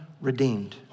redeemed